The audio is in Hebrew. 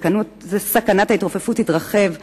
וסכנת ההתרופפות תתרחב עד,